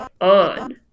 on